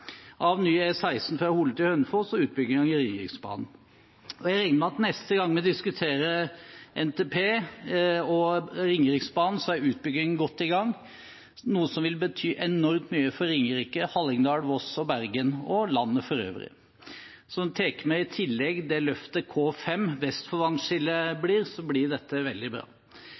av nye E16 fra Hole til Hønefoss og utbyggingen av Ringeriksbanen. Og jeg regner med at neste gang vi diskuterer NTP og Ringeriksbanen, er utbyggingen godt i gang, noe som vil bety enormt mye for Ringerike, Hallingdal, Voss og Bergen og landet for øvrig. Tar vi i tillegg med det løftet som K5 blir vest for vannskillet, blir dette veldig bra.